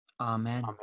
Amen